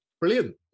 Brilliant